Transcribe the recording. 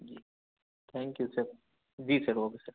G thank you sir جی sir okay سر